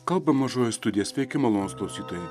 kalba mažoji studija sveiki malonūs klausytojai